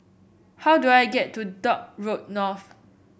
how do I get to Dock Road North